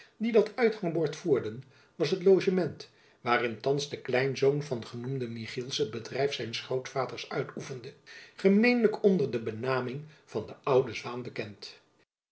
die dat uithangbord voerden was het logement waarin thands de kleinzoon van genoemden michiels het bedrijf zijns grootvaders uitoefende gemeenlijk onder de benaming van de oude zwaen bekend